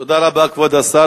תודה רבה, כבוד השר.